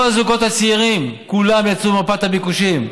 כל הזוגות הצעירים כולם יצאו ממפת הביקושים.